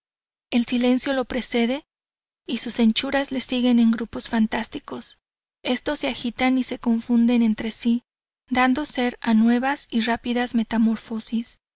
el silencio lo precede y sus hechuras le siguen en grupos fantásticos estos se agitan y confunden entre si dando ser a nuevas y rápidas metamorfosis